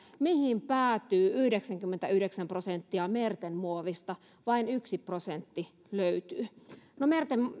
mihin päätyy yhdeksänkymmentäyhdeksän prosenttia merten muoveista vain yksi prosentti löytyy no